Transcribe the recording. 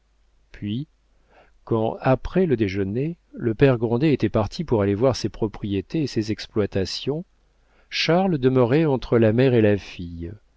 puis quand après le déjeuner le père grandet était parti pour aller voir ses propriétés et ses exploitations charles demeurait entre la mère et la fille